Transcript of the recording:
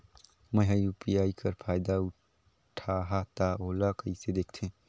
मैं ह यू.पी.आई कर फायदा उठाहा ता ओला कइसे दखथे?